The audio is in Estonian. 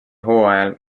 hooajal